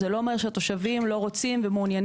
זה לא אומר שהתושבים לא רוצים ומעוניינים